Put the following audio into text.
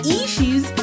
issues